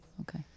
Okay